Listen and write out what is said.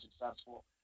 successful